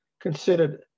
considered